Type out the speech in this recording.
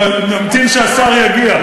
אני ממתין שהשר יגיע.